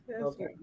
okay